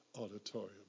auditorium